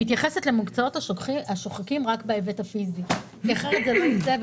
מתייחסת למקצועות השוחקים רק בהיבט הפיזי כי אחרת זה לא יצא.